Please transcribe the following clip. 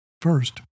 First